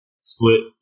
split